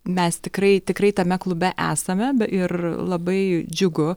mes tikrai tikrai tame klube esame ir labai džiugu